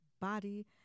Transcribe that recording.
Body